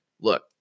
look